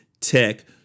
Tech